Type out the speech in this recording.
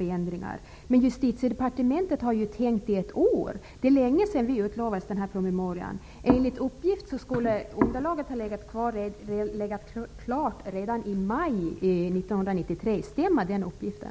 utan eftertanke. Men Justitiedepartementet har ju tänkt i ett år. Det är länge sedan som vi blev utlovade denna promemoria. Enligt uppgift skulle underlaget ha förelegat klart redan i maj 1993. Stämmer den uppgiften?